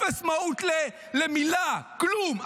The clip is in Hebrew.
אפס מהות למילה, כלום.